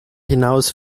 hinaus